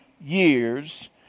years